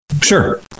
sure